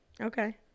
Okay